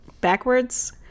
backwards